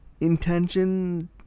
intention